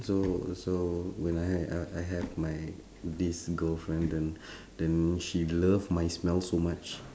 so so when I ha~ uh I have my this girlfriend then then she love my smell so much